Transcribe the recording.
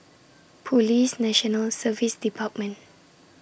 Police National Service department